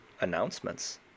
announcements